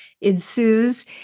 ensues